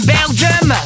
Belgium